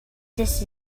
this